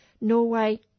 Norway